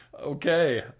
okay